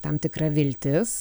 tam tikra viltis